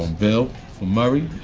bill. for murray?